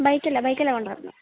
ബൈക്കിലാ ബൈക്കിലാ കൊണ്ടുവരുന്നത്